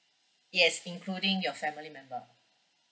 yes including your family member